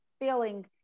feeling